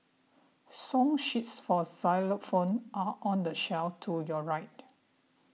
song sheets for xylophone are on the shelf to your right